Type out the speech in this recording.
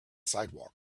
sidewalk